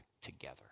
together